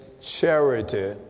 charity